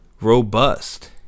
robust